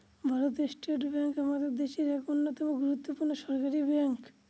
ভারতীয় state bank আমাদের দেশের এক অন্যতম গুরুত্বপূর্ণ সরকারি ব্যাঙ্ক